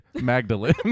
Magdalene